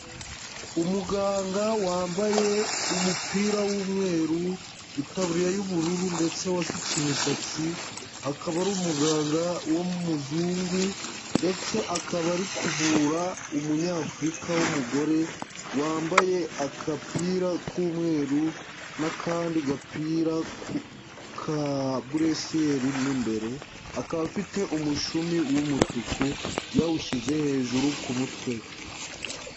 Umuganga wambaye umupira w'umweru, itaburiya y'ubururu ndetse wasutse imisatsi, akaba ari umuganga w'umuzungu ndetse akaba ari kuvura umunyafurika w'umugore, wambaye agapira k'umweru n'akandi gapira ka buresiyeri mo imbere, akaba afite umushumi w'umutuku, yawushyize hejuru ku mutwe we.